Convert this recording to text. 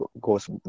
goes